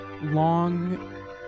long